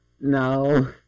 No